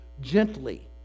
gently